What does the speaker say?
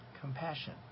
Compassion